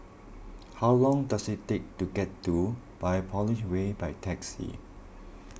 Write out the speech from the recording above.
how long does it take to get to Biopolis Way by taxi